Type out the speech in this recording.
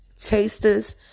Tasters